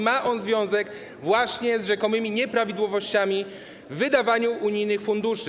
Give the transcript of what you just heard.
Mają one związek właśnie z rzekomymi nieprawidłowościami w wydawaniu unijnych funduszy.